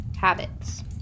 habits